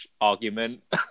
argument